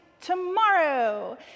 tomorrow